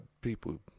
people